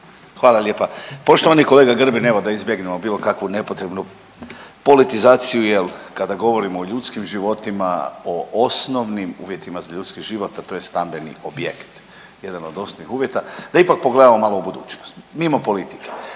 Hvala lijepa. Poštovani kolega Grbin, evo da izbjegnemo bilo kakvu nepotrebnu politizaciju jel kada govorimo o ljudskim životima, o osnovnim uvjetima za ljudski život, a to je stambeni objekt, jedan od osnovnih uvjeta, da ipak pogledamo malo u budućnost mimo politike.